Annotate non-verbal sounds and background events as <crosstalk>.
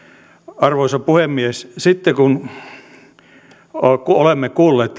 arvoisa puhemies sitten kun olemme kuulleet <unintelligible>